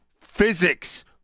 physics